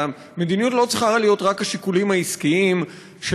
המדיניות לא צריכה להיות רק השיקולים העסקיים של